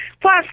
Plus